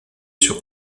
sûr